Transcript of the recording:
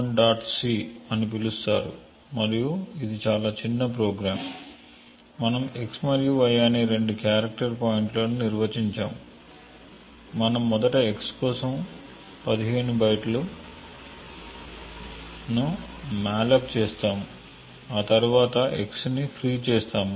c అని పిలుస్తారు మరియు ఇది చాలా చిన్న ప్రోగ్రామ్ మనం x మరియు y అనే రెండు క్యారెక్టర్ పాయింటర్లను నిర్వచించాము మనము మొదట x కోసం 15 బైట్స్ ను మాలోక్ చేస్తాము ఆ తరువాత x ని ఫ్రీ చేస్తాము